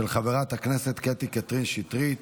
של חברת הכנסת קטי קטרין שטרית.